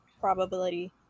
probability